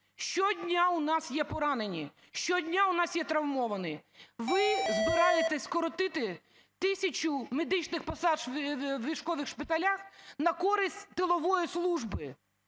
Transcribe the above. Щодня у нас є поранені, щодня у нас є травмовані. Ви збираєтесь скоротити тисячу медичних посад у військових шпиталях на користь тилової служби.